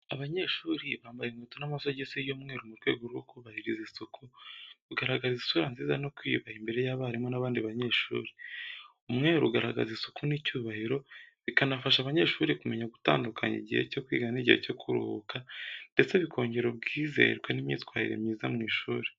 Abanyeshuri bambara inkweto n’amasogisi y'umweru mu rwego rwo kubahiriza isuku, kugaragaza isura nziza no kwiyubaha imbere y’abarimu n’abandi banyeshuri. Umweru ugaragaza isuku n’icyubahiro, bikanafasha abanyeshuri kumenya gutandukanya igihe cyo kwiga n’igihe cyo kuruhuka, ndetse bikongera ubwizerwe n’imyitwarire myiza mu ishuri.